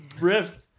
rift